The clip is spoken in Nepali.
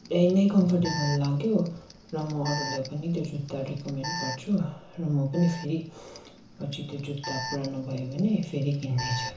धेरै नै कम्फर्टेबल लाग्यो र म अरूलाई पनि त्यो जुत्ता रेकमेन्ड गर्छु र म पनि फेरि पछि त्यो जुत्ता पुरानो भयो भने फेरि किन्नेछु